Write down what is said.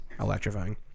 electrifying